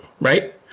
right